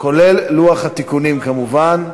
כולל לוח התיקונים, כמובן,